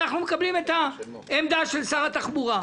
אנחנו מקבלים את העמדה של שר התחבורה.